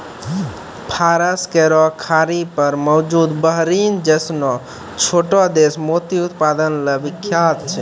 फारस केरो खाड़ी पर मौजूद बहरीन जैसनो छोटो देश मोती उत्पादन ल विख्यात छै